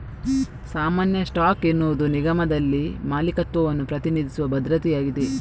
ಸಾಮಾನ್ಯ ಸ್ಟಾಕ್ ಎನ್ನುವುದು ನಿಗಮದಲ್ಲಿ ಮಾಲೀಕತ್ವವನ್ನು ಪ್ರತಿನಿಧಿಸುವ ಭದ್ರತೆಯಾಗಿದೆ